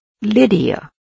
Lydia